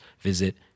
visit